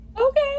Okay